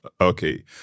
Okay